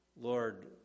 Lord